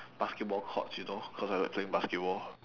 basketball courts you know cause I like playing basketball